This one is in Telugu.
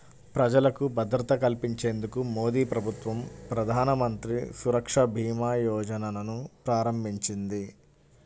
ప్రజలకు భద్రత కల్పించేందుకు మోదీప్రభుత్వం ప్రధానమంత్రి సురక్షభీమాయోజనను ప్రారంభించింది